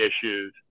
issues